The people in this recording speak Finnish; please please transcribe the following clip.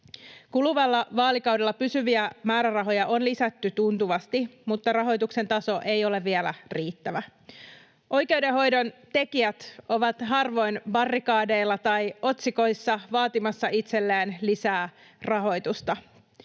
Kuluvalla vaalikaudella pysyviä määrärahoja on lisätty tuntuvasti, mutta rahoituksen taso ei ole vielä riittävä. Oikeudenhoidon tekijät ovat harvoin barrikadeilla tai otsikoissa vaatimassa itselleen lisää rahoitusta,